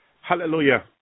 Hallelujah